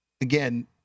again